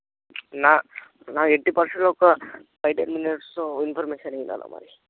నా నాకు ఎట్టి పరిస్థితులలో ఒక ఫైవ్ టెన్ మినిట్స్లో ఇన్ఫర్మేషన్ ఇవ్వు నాన్న మరి